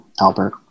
Albert